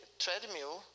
treadmill